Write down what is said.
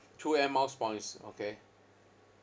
two Air Miles points okay